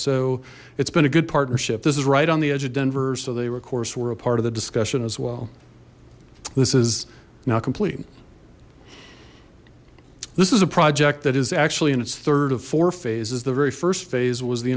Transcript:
so it's been a good partnership this is right on the edge of denver so they of course were a part of the discussion as well this is now complete this is a project that is actually in its third of four phases the very first phase was the